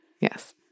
Yes